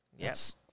Yes